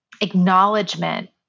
acknowledgement